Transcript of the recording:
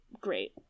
Great